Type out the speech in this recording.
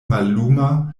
malluma